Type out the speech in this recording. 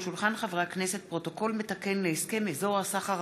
על שולחן הכנסת 4 מזכירת הכנסת ירדנה